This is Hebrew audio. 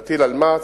נטיל על מע"צ,